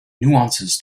nuances